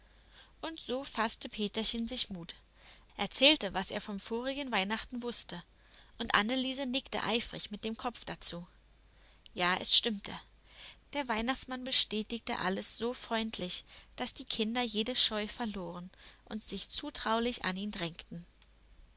und so faßte peterchen sich mut erzählte was er vom vorigen weihnachten wußte und anneliese nickte eifrig mit dem kopf dazu ja es stimmte der weihnachtsmann bestätigte alles so freundlich daß die kinder jede scheu verloren und sich zutraulich an ihn drängten